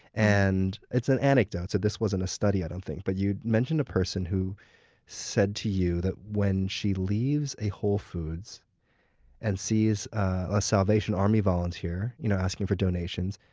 and it's an anecdote this wasn't a study, i don't think. but you mentioned a person who said to you that when she leaves a whole foods and sees a salvation army volunteer you know asking for donations,